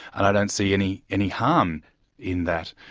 and i don't see any any harm in that,